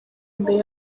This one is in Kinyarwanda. imbere